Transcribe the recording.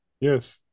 Yes